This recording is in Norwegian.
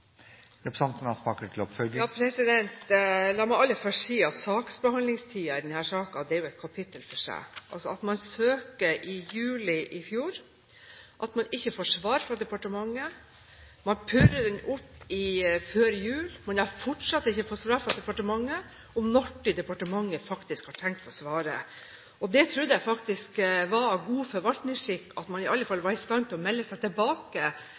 La meg aller først si at saksbehandlingstiden i denne saken er et kapittel for seg – man søkte i juli i fjor, man får ikke svar fra departementet, man purret før jul, men har fortsatt ikke fått svar fra departementet om når man faktisk har tenkt å svare. Jeg trodde det var god forvaltningsskikk at man i alle fall var i stand til å melde tilbake,